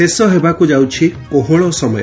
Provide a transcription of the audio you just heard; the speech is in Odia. ଶେଷ ହେବାକୁ ଯାଉଛି କୋହଳ ସମୟ